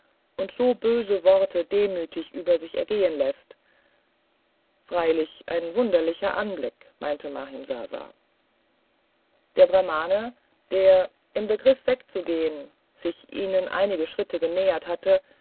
und so böse worte demütig über sich ergehen läßt freilich ein wunderlicher anblick meinte mahimsasa der brahmane der im begriff wegzugehen sich ihnen einige schritte genähert hatte